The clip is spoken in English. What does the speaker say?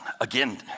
again